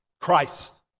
Christ